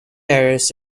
areas